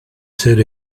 ser